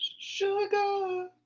Sugar